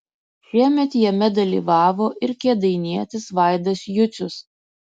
šiemet jame dalyvavo ir kėdainietis vaidas jucius